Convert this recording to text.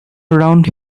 around